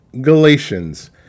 Galatians